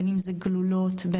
גלולות,